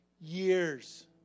years